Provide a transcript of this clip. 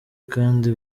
kandi